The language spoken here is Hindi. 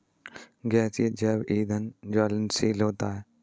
गैसीय जैव ईंधन ज्वलनशील होता है